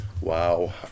wow